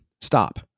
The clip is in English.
stop